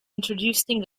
introducing